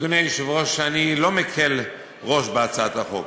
אדוני היושב-ראש, אני לא מקל ראש בהצעת החוק,